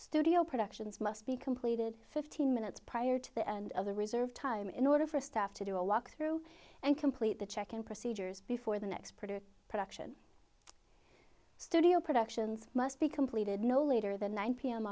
studio productions must be completed fifteen minutes prior to the end of the reserved time in order for a staff to do a walk through and complete the check in procedures before the next part of production studio productions must be completed no later than nine pm